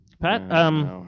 Pat